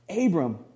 Abram